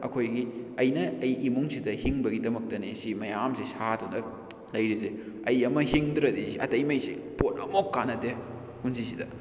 ꯑꯩꯈꯣꯏꯒꯤ ꯑꯩꯅ ꯑꯩ ꯏꯃꯨꯡꯁꯤꯗ ꯍꯤꯡꯕꯒꯤꯗꯃꯛꯇꯅꯤ ꯁꯤ ꯃꯌꯥꯝꯁꯤ ꯁꯥꯗꯨꯅ ꯂꯩꯔꯤꯁꯦ ꯑꯩ ꯑꯃ ꯍꯤꯡꯗ꯭ꯔꯗꯤ ꯁꯤ ꯑꯇꯩ ꯃꯩꯁꯦ ꯄꯣꯠ ꯑꯝꯕꯨꯛ ꯀꯥꯟꯅꯗꯦ ꯄꯨꯟꯁꯤꯁꯤꯗ